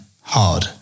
hard